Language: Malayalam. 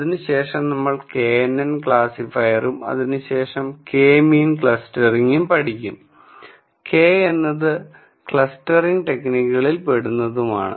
അതിനുശേഷം നമ്മൾ KNN ക്ലാസ്സിഫയറും അതിനുശേഷം K മീൻ ക്ലസ്റ്ററിങ്ഗും പഠിക്കും k എന്നത് ക്ലസ്റ്ററിങ് ടെക്നിക്കുകളിൽ പെടുന്നതാണ്